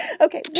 Okay